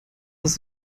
das